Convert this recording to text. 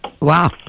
Wow